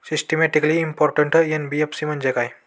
Systematically important NBFC म्हणजे काय?